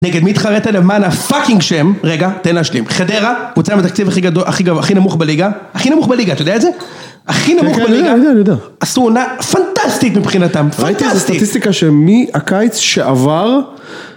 נגד מי התחרית למען הפאקינג שם, רגע תן להשלים, חדרה, קבוצה עם התקציב הכי גדו... הכי נמוך בליגה, הכי נמוך בליגה, אתה יודע את זה? הכי נמוך בליגה, - כן, כן, אני יודע, אני יודע -עשו עונה פנטסטית מבחינתם, פנטסטית! -ראיתי סטטיסטיקה שמהקיץ שעבר...